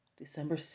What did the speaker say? December